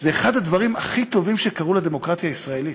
זה אחד הדברים הכי טובים שקרו לדמוקרטיה הישראלית.